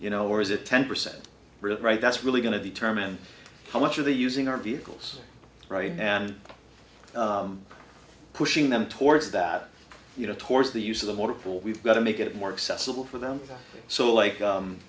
you know or is it ten percent right that's really going to determine how much of the using our vehicles right now and pushing them towards that you know towards the use of the waterfall we've got to make it more accessible for them so like